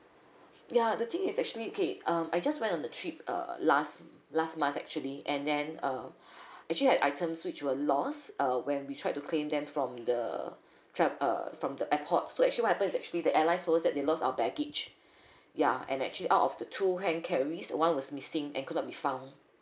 ya the thing is actually okay um I just went on a trip uh last last month actually and then um actually had items which were lost uh when we tried to claim them from the trav~ uh from the airport so actually what happened is actually the airline told us they lost our baggage ya and actually out of the two hand carry one was missing and could not be found